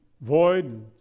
void